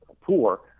poor